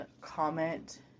comment